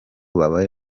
babe